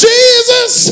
Jesus